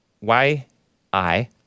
Y-I